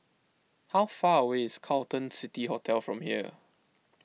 how far away is Carlton City Hotel from here